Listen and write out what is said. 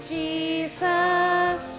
jesus